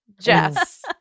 Jess